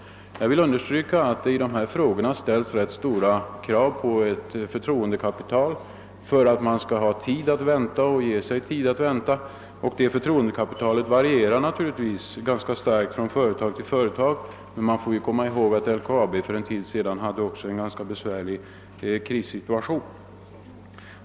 Jag vill understryka att det i dessa frågor ställs rätt stora krav på ett förtroendekapital för att man skall ha tid att vänta och även ge sig tid att vänta på resultat. Detta förtroendekapital varierar naturligtvis ganska starkt från företag till företag. Vi skall komma ihåg att LKAB för en tid sedan befann sig i en besvärlig strejksituation.